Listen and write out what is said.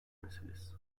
meselesi